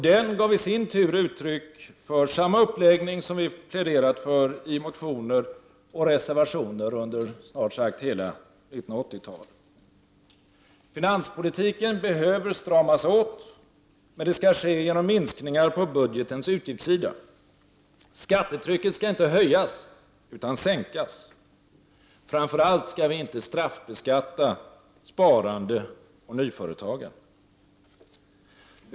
Den gav i sin tur uttryck för samma uppläggning som vi pläderat för i motioner och reservationer under snart sagt hela 1980-talet. Finanspolitiken behöver stramas åt, men det skall ske genom minskningar på budgetens utgiftssida. Skattetrycket skall inte höjas utan sänkas. Framför allt skall vi inte straffbeskatta sparande och nyföretagande.